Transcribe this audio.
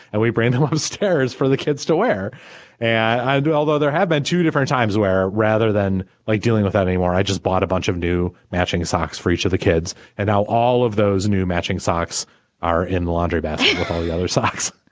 and we brandon upstairs for the kids to wear and i do although there have been two different times where rather than like dealing with that anymore i just bought a bunch of new matching socks for each of the kids. and now all of those new matching socks are in the laundry basket with all the other socks.